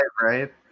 right